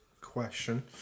question